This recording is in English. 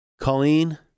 Colleen